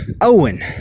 Owen